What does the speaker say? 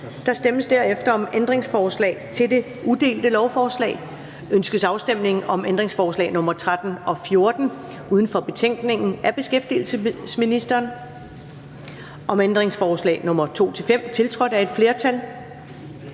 Der stemmes derefter om ændringsforslag til det udelte lovforslag. Ønskes afstemning om ændringsforslag nr. 13 og 14 uden for betænkningen af beskæftigelsesministeren (Peter Hummelgaard), om ændringsforslag nr. 2-5, tiltrådt af et flertal